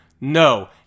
no